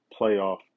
playoff